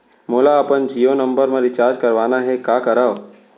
मोला अपन जियो नंबर म रिचार्ज करवाना हे, का करव?